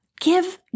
give